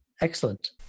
Excellent